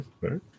Right